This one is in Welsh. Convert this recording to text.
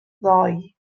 ddoe